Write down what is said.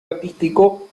artístico